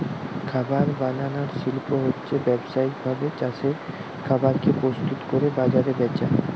খাবার বানানার শিল্প হচ্ছে ব্যাবসায়িক ভাবে চাষের খাবার কে প্রস্তুত কোরে বাজারে বেচা